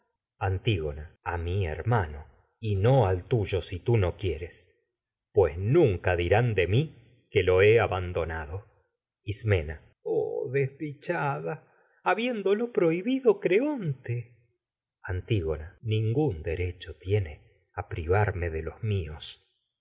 antígona a mi hermano y no al tuyo si tri no quieres pues nunca dirán de mi que lo he abandonado ismena oh desdichada habiéndolo prohibido creonte antígona ningún derecho tiene a privarme de los míos